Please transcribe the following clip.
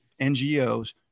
NGOs